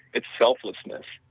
it's selflessness.